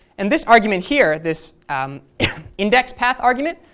and this argument here, this indexpath argument,